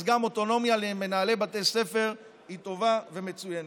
אז גם אוטונומיה למנהלי בתי ספר היא טובה ומצוינת.